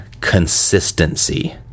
consistency